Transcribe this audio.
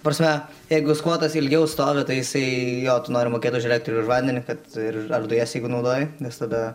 prasme jeigu skvotas ilgiau stovi tai jisai jo tu nori mokėt už elektrą ir vandenį kad ir dujas jeigu naudoji nes tada